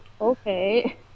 okay